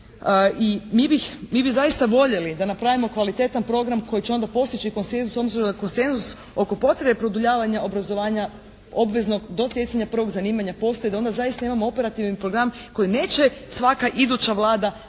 mi bi zaista voljeli da napravimo kvalitetan program koji će onda postići konsenzus s obzirom da konsenzus oko potrebe produljavanja obrazovanja obveznog do stjecanja prvog zanimanja postoji. Da onda zaista imamo operativni program koji neće svaka iduća Vlada baciti